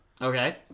Okay